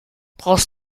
brauchst